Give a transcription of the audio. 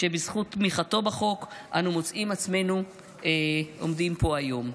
שבזכות תמיכתו בחוק אנו מוצאים את עצמנו עומדים פה היום.